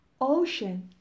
Ocean